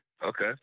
Okay